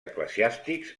eclesiàstics